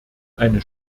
eine